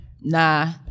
Nah